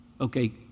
Okay